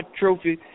trophy